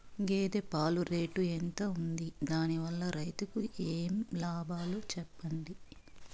గేదె పాలు రేటు ఎంత వుంది? దాని వల్ల రైతుకు ఏమేం లాభాలు సెప్పండి?